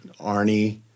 Arnie